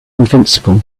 invincible